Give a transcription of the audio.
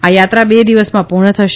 આ યાત્રા બે દિવસમાં પુર્ણ થશે